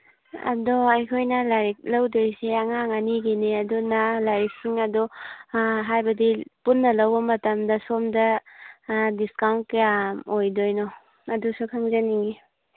ꯑꯗꯣ ꯑꯩꯈꯣꯏꯅ ꯂꯥꯏꯔꯤꯛ ꯂꯧꯗꯣꯏꯁꯦ ꯑꯉꯥꯡ ꯑꯅꯤꯒꯤꯅꯤ ꯑꯗꯨꯅ ꯂꯥꯏꯔꯤꯛꯁꯤꯡ ꯑꯗꯨ ꯍꯥꯏꯕꯗꯤ ꯄꯨꯟꯅ ꯂꯧꯕ ꯃꯇꯝꯅ ꯁꯣꯝꯗ ꯗꯤꯁꯀꯥꯎꯟ ꯀꯌꯥꯝ ꯑꯣꯏꯗꯣꯏꯅꯣ ꯑꯗꯨꯁꯨ ꯈꯪꯖꯅꯤꯡꯏ